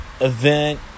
event